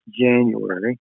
January